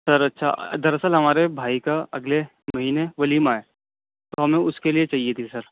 سر اچھا دراصل ہمارے بھائی کا اگلے مہینے ولیمہ ہے تو ہمیں اس کے لیے چہیے تھی سر